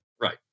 Right